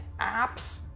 apps